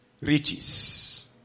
riches